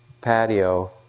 patio